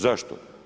Zašto?